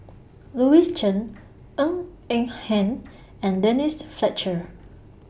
Louis Chen Ng Eng Hen and Denise Fletcher